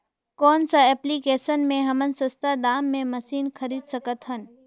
कौन सा एप्लिकेशन मे हमन सस्ता दाम मे मशीन खरीद सकत हन?